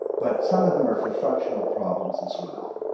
but some of them are for functional problems as well.